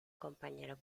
compañero